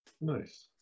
Nice